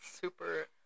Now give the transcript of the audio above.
super